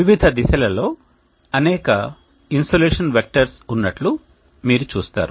వివిధ దిశలలో అనేక ఇన్సోలేషన్ వెక్టర్స్ ఉన్నట్లు మీరు చూస్తారు